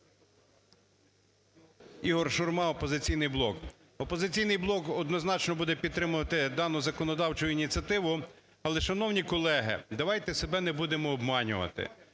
Ігор Шурма, "Опозиційний блок". "Опозиційний блок" однозначно буде підтримувати дану законодавчу ініціативу. Але, шановні колеги, давайте себе не будемо обманювати.